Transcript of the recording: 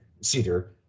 cedar